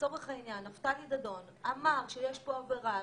ולצורך העניין נפתלי דדון אמר שיש פה עבירה,